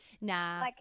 Nah